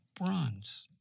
bronze